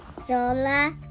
Zola